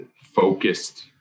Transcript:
Focused